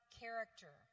character